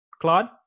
Claude